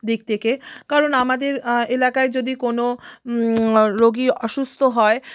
দিক থেকে কারণ আমাদের এলাকায় যদি কোনো রোগী অসুস্ত হয়